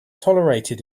tolerated